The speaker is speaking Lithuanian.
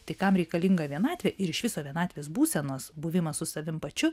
tai kam reikalinga vienatvė ir iš viso vienatvės būsenos buvimas su savim pačiu